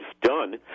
done